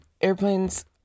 airplanes